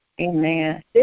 amen